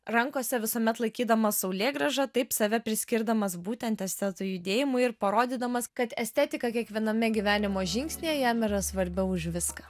rankose visuomet laikydamas saulėgrąžą taip save priskirdamas būtent estetų judėjimui ir parodydamas kad estetika kiekviename gyvenimo žingsnyje jam yra svarbiau už viską